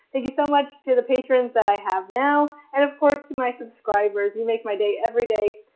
thank you so much to the patrons that i have now, and of course to my subscribers, you make my day every day!